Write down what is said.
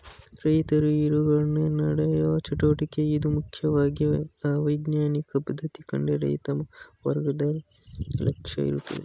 ರೈತರು ಇರೋಕಡೆ ನಡೆಯೋ ಚಟುವಟಿಕೆ ಇದು ಮುಖ್ಯವಾಗಿ ವೈಜ್ಞಾನಿಕ ಪದ್ಧತಿ ಕಡೆ ರೈತ ವರ್ಗದ ಲಕ್ಷ್ಯ ಇರುತ್ತೆ